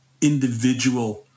individual